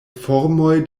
formoj